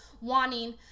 wanting